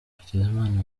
hakizimana